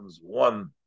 one